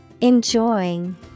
Enjoying